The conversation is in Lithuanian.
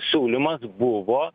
siūlymas buvo